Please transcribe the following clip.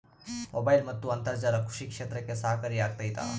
Mobile ಮತ್ತು ಅಂತರ್ಜಾಲ ಕೃಷಿ ಕ್ಷೇತ್ರಕ್ಕೆ ಸಹಕಾರಿ ಆಗ್ತೈತಾ?